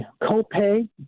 copay